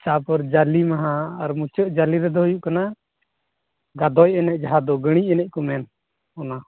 ᱛᱟᱯᱚᱨ ᱡᱟᱹᱞᱤ ᱢᱟᱦᱟ ᱟᱨ ᱢᱩᱪᱟᱹᱫ ᱡᱟᱹᱞᱤ ᱨᱮᱫᱚ ᱦᱩᱭᱩᱜᱠᱟᱱᱟ ᱜᱟᱫᱚᱭ ᱮᱱᱮᱡ ᱡᱟᱦᱟ ᱫᱚ ᱜᱟ ᱭ ᱮᱱᱮᱡ ᱠᱚ ᱢᱮᱱ ᱚᱱᱟ